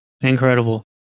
Incredible